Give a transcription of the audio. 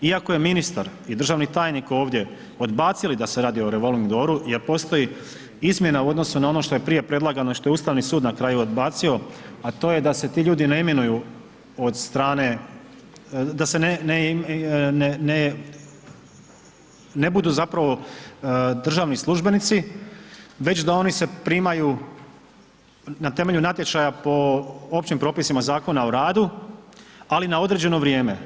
Iako je ministar i državni tajnik ovdje odbacili da se radi o revolving dooru jer postoji izmjena u odnosu na ono što je prije predlagana i što je Ustavni sud na kraju odbacio, a to je da se ti ljudi ne imenuju od strane, da se ne, da ne budu zapravo državni službenici već da oni se primaju na temelju natječaja po općim propisima Zakona o radu, ali na određeno vrijeme.